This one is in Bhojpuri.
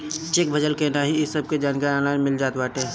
चेक भजल की नाही इ सबके जानकारी ऑनलाइन मिल जात बाटे